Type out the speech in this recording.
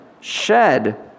shed